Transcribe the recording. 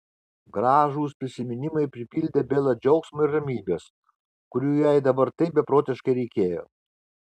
gražūs prisiminimai pripildė belą džiaugsmo ir ramybės kurių jai dabar taip beprotiškai reikėjo